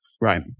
right